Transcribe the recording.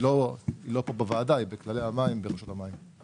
היא לא פה בוועדה, היא בכללי המים ברשות המים.